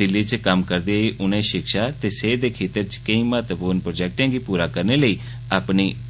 दिल्ली च कम्म करदे होई उनें शिक्षा ते सेहत दे खेतर च केई महत्वपूर्ण प्रोजेक्टें गी पूरा करने लेई